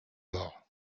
mort